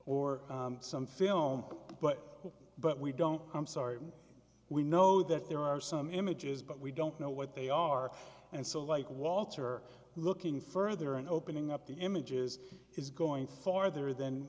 or some film but but we don't i'm sorry we know that there are some images but we don't know what they are and so like walter looking further and opening up the images is going farther than